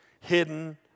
hidden